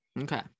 okay